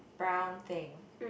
brown thing